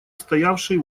стоявший